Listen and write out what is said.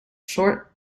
short